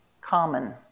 common